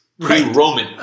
pre-Roman